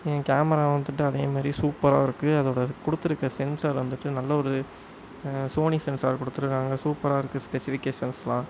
என் camera வந்துவிட்டு அதேமாரி சூப்பராக இருக்கு அதோட அது கொடுத்துருக்க சென்சார் வந்துவிட்டு நல்லவொரு சோனி சென்சார் கொடுத்துருக்காங்க சூப்பராக இருக்கு ஸ்பெசிஃபிகேஷன்ஸ்லாம்